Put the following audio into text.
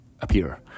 appear